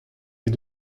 est